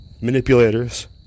manipulators